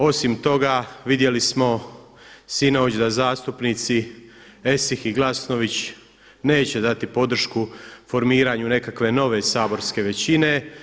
Osim toga, vidjeli smo sinoć da zastupnici Esih i Glasnović neće dati podršku formiranju nekakve nove saborske većine.